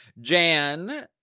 jan